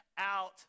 out